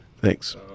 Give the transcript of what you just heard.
Thanks